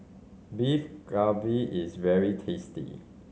Beef Galbi is very tasty